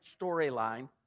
storyline